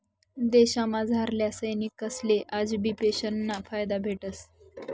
देशमझारल्या सैनिकसले आजबी पेंशनना फायदा भेटस